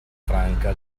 franca